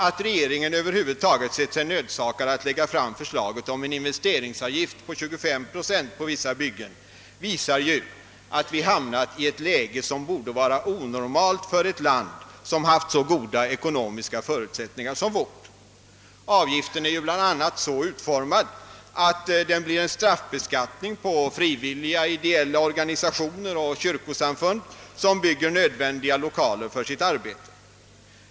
Att regeringen över huvud taget sett sig nödsakad att lägga fram förslaget om en investeringsavgift på 25 procent på vissa byggen visar, att vi hamnat i ett läge som borde vara onormalt för ett land som haft så goda ekonomiska förutsättningar som vårt. Avgiften är ju bl.a. så utformad, att den blir en straffbeskattning på frivilliga ideella organisationer och kyrkosamfund, som bygger nödvändiga 1okaler för sitt arbete.